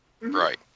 Right